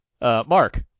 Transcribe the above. Mark